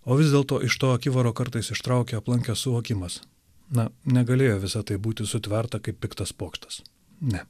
o vis dėlto iš to akivaro kartais ištraukia aplankęs suvokimas na negalėjo visa tai būti sutverta kaip piktas pokštas ne